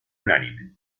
unánime